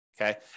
Okay